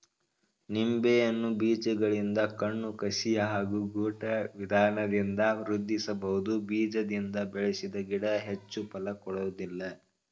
ನಿಂಬೆಯನ್ನು ಬೀಜಗಳಿಂದ ಕಣ್ಣು ಕಸಿ ಹಾಗೂ ಗೂಟ ವಿಧಾನದಿಂದ ವೃದ್ಧಿಸಬಹುದು ಬೀಜದಿಂದ ಬೆಳೆಸಿದ ಗಿಡ ಹೆಚ್ಚು ಫಲ ಕೊಡೋದಿಲ್ಲ